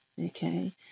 okay